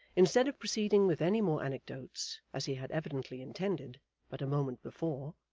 instead of proceeding with any more anecdotes, as he had evidently intended but a moment before,